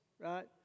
right